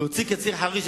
להוציא קציר-חריש,